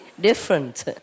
different